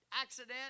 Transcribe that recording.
accident